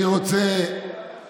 אני רוצה